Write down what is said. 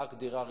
רק דירה ראשונה.